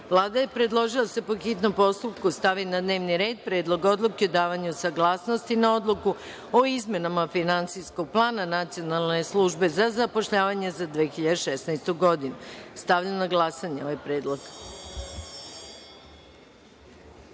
je predložila da se po hitnom postupku stavi na dnevni red Predlog odluke o davanju saglasnosti na Odluku o izmenama finansijskog plana Nacionalne službe za zapošljavanje za 2016. godinu. Stavljam na glasanje